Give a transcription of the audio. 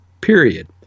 period